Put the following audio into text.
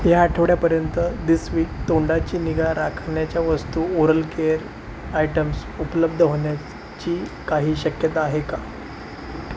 ह्या आठवड्यापर्यंत this week तोंडाची निगा राखण्याच्या वस्तू ओरल केअर आयटम्स उपलब्ध होण्याची काही शक्यता आहे का